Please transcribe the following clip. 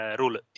rule